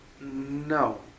No